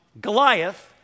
Goliath